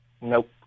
Nope